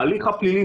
בהליך הפלילי,